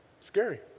scary